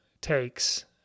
takes